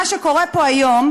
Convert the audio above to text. מה שקורה פה היום,